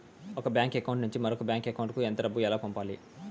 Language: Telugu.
ఒక బ్యాంకు అకౌంట్ నుంచి మరొక బ్యాంకు అకౌంట్ కు ఎంత డబ్బు ఎలా పంపాలి